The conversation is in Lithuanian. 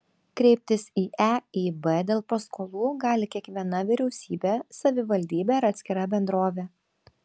kreiptis į eib dėl paskolų gali kiekviena vyriausybė savivaldybė ar atskira bendrovė